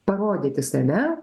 parodyti save